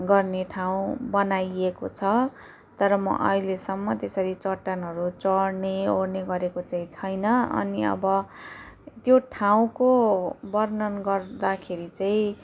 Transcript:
गर्ने ठाउँ बनाइएको छ तर म अहिलेसम्म त्यसरी चट्टानहरू चढ्ने ओर्ने गरेको चाहिँ छैन अनि अब त्यो ठाउँको वर्णन गर्दाखेरि चाहिँ